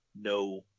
no